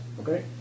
Okay